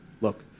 look